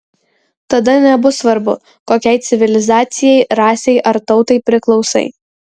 tada nebus svarbu kokiai civilizacijai rasei ar tautai priklausai